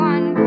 One